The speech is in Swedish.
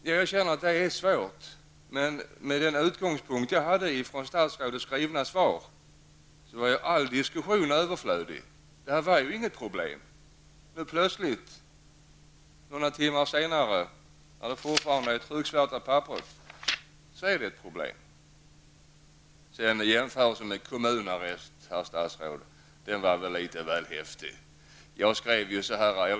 Jag erkänner att det är svårt, men med den utgångspunkt jag hade i statsrådets skrivna svar var all diskussion överflödig. Enligt svaret var detta ju inget problem. Några timmar senare, när det fortfarande är trycksvärta på papperet, är det ett problem. Att jämföra mitt förslag med kommunarrester var väl, herr statsråd, litet väl häftigt!